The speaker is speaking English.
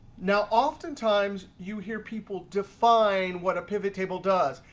now oftentimes you hear people define what a pivot table does.